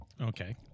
Okay